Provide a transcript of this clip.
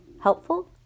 helpful